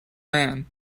man